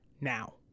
now